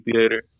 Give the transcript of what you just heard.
theater